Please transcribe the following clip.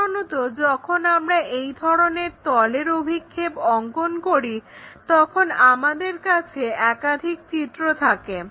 সাধারণত যখন আমরা এই ধরনের তলের অভিক্ষেপ অঙ্কন করি তখন আমাদের কাছে একাধিক চিত্র থাকে